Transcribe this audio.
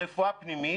הרפואה הפנימית,